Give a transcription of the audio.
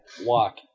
walk